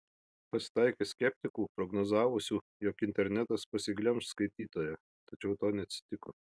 pasitaikė skeptikų prognozavusių jog internetas pasiglemš skaitytoją tačiau to neatsitiko